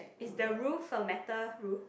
is the roof a metal roof